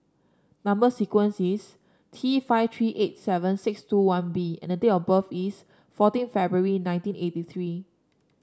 number sequence is T five three eight seven six two one B and date of birth is fourteen February nineteen eighty three